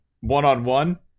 one-on-one